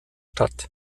stadt